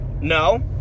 No